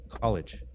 college